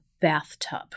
bathtub